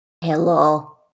Hello